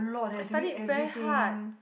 I studied very hard